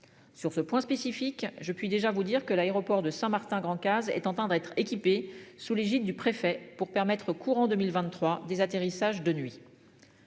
Sur ce point spécifique, je puis déjà vous dire que l'aéroport de Saint-Martin Grand-Case est tentant d'être équipés, sous l'égide du préfet pour permettre au courant 2023 des atterrissages de nuit.